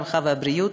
הרווחה והבריאות,